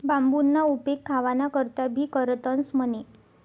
बांबूना उपेग खावाना करता भी करतंस म्हणे